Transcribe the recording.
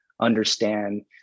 understand